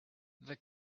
this